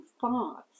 thoughts